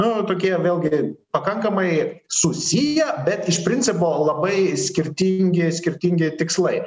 nu tokie vėlgi pakankamai susiję bet iš principo labai skirtingi skirtingi tikslai